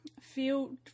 feel